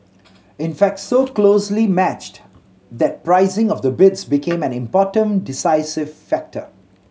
in fact so closely matched that pricing of the bids became an important decisive factor